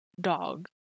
dog